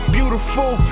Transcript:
Beautiful